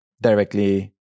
directly